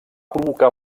provocar